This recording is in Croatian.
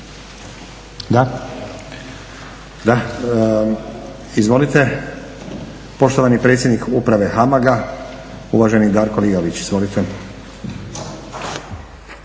Da. Izvolite, poštovani predsjednik Uprave HAMAG-a uvaženi Darko Liović. Izvolite.